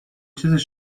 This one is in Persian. چیزیش